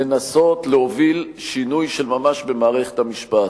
לנסות להוביל שינוי של ממש במערכת המשפט.